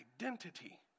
Identity